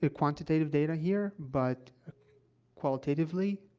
ah quantitative data here, but qualitatively,